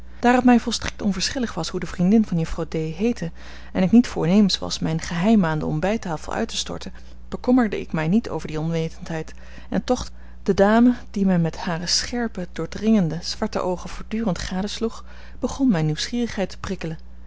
het mij volstrekt onverschillig was hoe de vriendin van juffrouw d heette en ik niet voornemens was mijne geheimen aan de ontbijttafel uit te storten bekommerde ik mij niet over die onwetendheid en toch de dame die mij met hare scherpe doordringende zwarte oogen voortdurend gadesloeg begon mijne nieuwsgierigheid te prikkelen